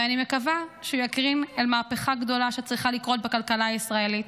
ואני מקווה שהוא יקרין אל מהפכה גדולה שצריכה לקרות בכלכלה הישראלית: